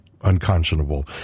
unconscionable